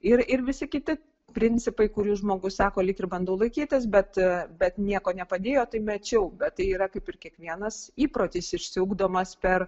ir ir visi kiti principai kurių žmogus sako lyg ir bandau laikytis bet bet nieko nepadėjo tai mečiau bet tai yra kaip ir kiekvienas įprotis išsiugdomas per